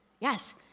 Yes